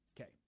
Okay